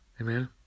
Amen